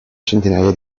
centinaia